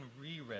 reread